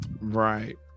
Right